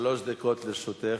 שלוש דקות לרשותך.